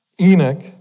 Enoch